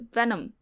Venom